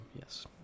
yes